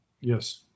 Yes